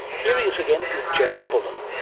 here he is again with james bullen.